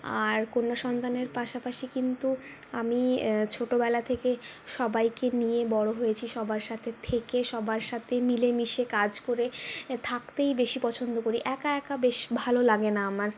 আর কন্যা সন্তানের পাশাপাশি কিন্তু আমি ছোটোবেলা থেকে সবাইকে নিয়ে বড়ো হয়েছি সবার সাথে থেকে সবার সাথে মিলে মিশে কাজ করে থাকতেই বেশি পছন্দ করি একা একা বেশ ভালো লাগে না আমার